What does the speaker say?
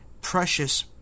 Precious